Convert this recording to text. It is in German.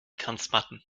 tanzmatten